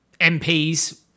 MPs